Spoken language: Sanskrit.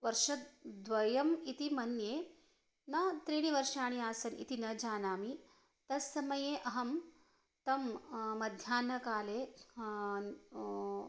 वर्षद्वयम् इति मन्ये न त्रीणि वर्षाणि आसन् इति न जानामि तस्समये अहं तं मध्याह्नकाले